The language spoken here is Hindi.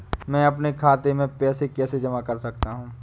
मैं अपने खाते में पैसे कैसे जमा कर सकता हूँ?